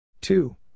Two